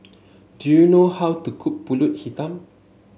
do you know how to cook pulut hitam